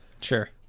Sure